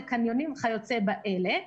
קניונים וכיוצא באלה.